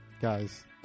guys